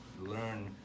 learn